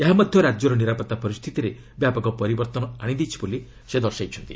ଏହା ମଧ୍ୟ ରାଜ୍ୟର ନିରାପତ୍ତା ପରିସ୍ଥିତିରେ ବ୍ୟାପକ ପରିବର୍ତ୍ତନ ଆଣିଛି ବୋଲି ସେ ଦର୍ଶାଇଛନ୍ତି